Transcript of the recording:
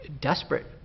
desperate